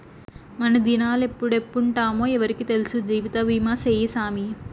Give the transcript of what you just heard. మనదినాలెప్పుడెప్పుంటామో ఎవ్వురికి తెల్సు, జీవితబీమా సేయ్యి సామీ